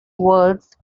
words